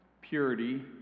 purity